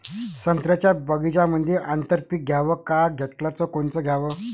संत्र्याच्या बगीच्यामंदी आंतर पीक घ्याव का घेतलं च कोनचं घ्याव?